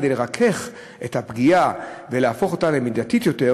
כדי לרכך את הפגיעה ולהפוך אותה למידתית יותר,